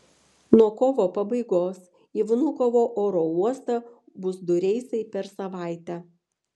nuo kovo pabaigos į vnukovo oro uostą bus du reisai per savaitę